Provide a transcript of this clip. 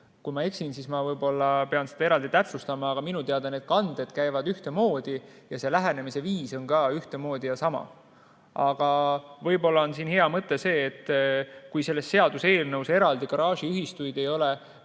Kui ma eksin, siis ma pean seda eraldi täpsustama, aga minu teada need kanded käivad ühtemoodi ja see lähenemise viis on ka sama. Aga võib-olla see on hea mõte. Kui selles seaduseelnõus eraldi garaažiühistuid ei ole